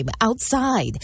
outside